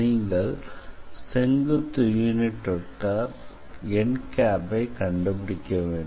நீங்கள் செங்குத்து unit vector nஐ கண்டுபிடிக்க வேண்டும்